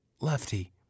Lefty